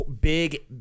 big